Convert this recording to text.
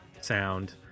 sound